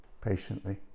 patiently